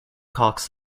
cox